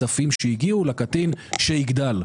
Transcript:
כספים שהגיעו לקטין שיגדל.